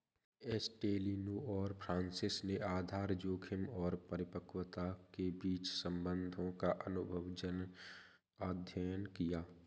एस्टेलिनो और फ्रांसिस ने आधार जोखिम और परिपक्वता के बीच संबंधों का अनुभवजन्य अध्ययन किया